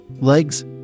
Legs